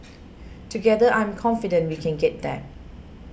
together I am confident we can get there